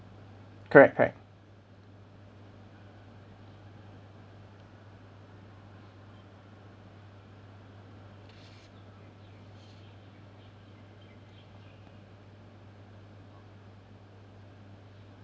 correct correct